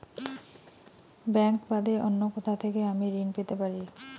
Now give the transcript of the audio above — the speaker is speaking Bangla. ব্যাংক বাদে অন্য কোথা থেকে আমি ঋন পেতে পারি?